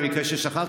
למקרה ששכחת.